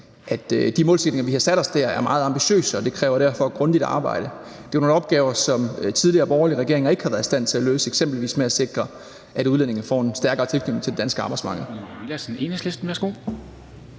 at de målsætninger, vi har sat os dér, er meget ambitiøse, og de kræver derfor grundigt arbejde. Det er jo nogle opgaver, som tidligere borgerlige regeringer ikke har været i stand til at løse, eksempelvis at sikre, at udlændinge får en stærkere tilknytning til det danske arbejdsmarked.